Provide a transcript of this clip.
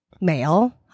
male